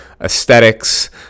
aesthetics